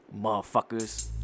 motherfuckers